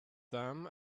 them